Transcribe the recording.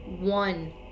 one